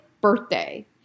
birthday